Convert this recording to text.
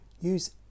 Use